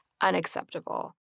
unacceptable